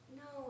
no